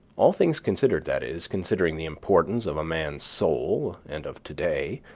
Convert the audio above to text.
all things considered, that is, considering the importance of a man's soul and of today,